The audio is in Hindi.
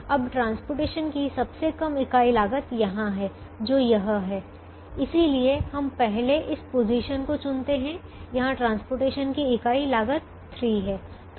अब परिवहन की सबसे कम इकाई लागत यहाँ है जो यह है इसलिए हम पहले इस पोजीशन को चुनते हैं जहाँ परिवहन की इकाई लागत 3 है